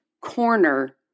corner